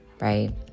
right